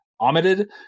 omitted